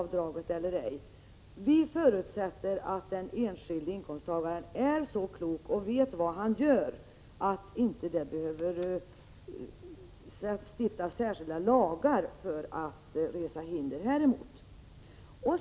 Vi moderater förutsätter att den enskilde inkomsttagaren är så klok och vet vad han gör, att det inte behöver stiftas särskilda lagar för att resa hinder häremot.